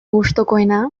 gustukoena